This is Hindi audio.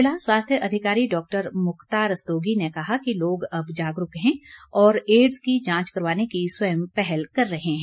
जिला स्वास्थ्य अधिकारी डॉक्टर मुक्ता रस्तोगी ने कहा कि लोग अब जागरूक है और एडस की जांच करवाने की स्वयं पहल कर रहे हैं